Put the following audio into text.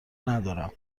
ندارم